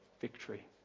victory